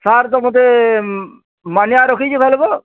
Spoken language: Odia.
ସାର୍ ତ ମତେ ମାନିଆ ରଖିଛେ ଭାଏଲ୍ ବୋ